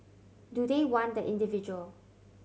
do they want the individual